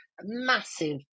massive